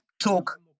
talk